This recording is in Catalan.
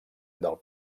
del